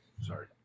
Sorry